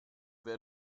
wer